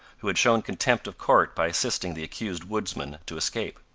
who had shown contempt of court by assisting the accused woodsmen to escape.